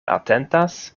atentas